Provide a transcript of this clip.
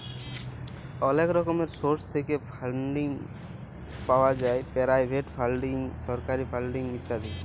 অলেক রকমের সোর্স থ্যাইকে ফাল্ডিং পাউয়া যায় পেরাইভেট ফাল্ডিং, সরকারি ফাল্ডিং ইত্যাদি